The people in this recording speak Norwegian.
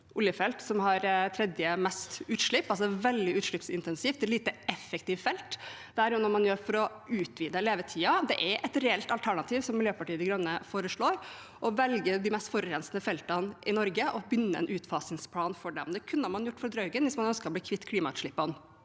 oljefelt som har tredje mest utslipp. Det er altså veldig utslippsintensivt, det er et lite effektivt felt. Dette er noe man gjør for å utvide levetiden. Det er et reelt alternativ, som Miljøpartiet De Grønne foreslår, å velge de mest forurensende feltene i Norge og begynne en utfasingsplan for dem. Det kunne man gjort for Draugen hvis man ønsket å bli kvitt klimautslippene.